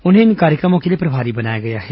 उन्हें इन कार्यक्रमों के लिए प्रभारी बनाया गया है